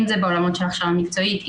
אם זה ברמות של הכשרה מקצועית,